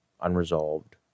unresolved